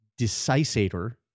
Decisator